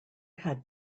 had